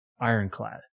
ironclad